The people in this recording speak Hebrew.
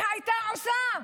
היא הייתה עושה.